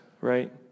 right